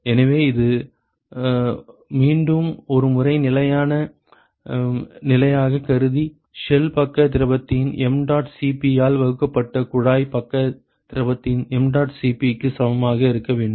எனவே அது மீண்டும் ஒருமுறை நிலையான நிலையாக கருதி ஷெல் பக்க திரவத்தின் m dot C p ஆல் வகுக்கப்பட்ட குழாய் பக்க திரவத்தின் mdot Cp க்கு சமமாக இருக்க வேண்டும்